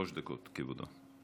שלוש דקות, כבודו.